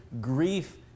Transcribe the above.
grief